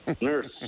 Nurse